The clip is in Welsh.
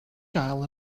gael